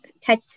touch